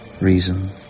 Reason